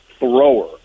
Thrower